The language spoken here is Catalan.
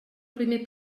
primer